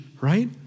right